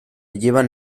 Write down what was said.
llevan